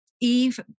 Eve